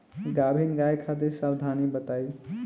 गाभिन गाय खातिर सावधानी बताई?